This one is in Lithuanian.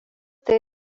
tai